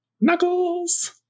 Knuckles